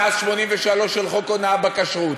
מאז 1983, חוק הונאה בכשרות,